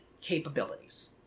capabilities